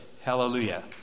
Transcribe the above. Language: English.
Hallelujah